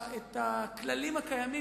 הכללים הקיימים,